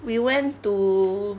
we went to